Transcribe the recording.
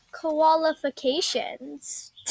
qualifications